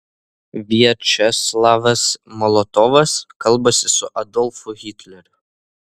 viačeslavas molotovas kalbasi su adolfu hitleriu